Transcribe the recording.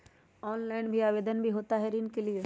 Offline भी आवेदन भी होता है ऋण के लिए?